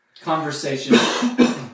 conversation